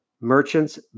merchants